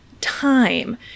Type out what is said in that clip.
time